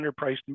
underpriced